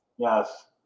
Yes